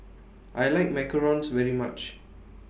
I like Macarons very much